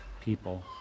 people